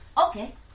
Okay